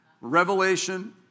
Revelation